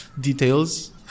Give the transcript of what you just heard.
Details